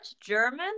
german